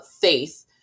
faith